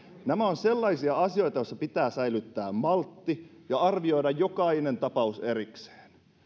nämä ovat sellaisia asioita joissa pitää säilyttää maltti ja arvioida jokainen tapaus erikseen